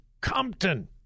Compton